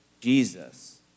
Jesus